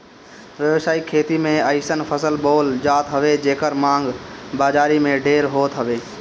व्यावसायिक खेती में अइसन फसल बोअल जात हवे जेकर मांग बाजारी में ढेर होत हवे